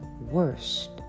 worst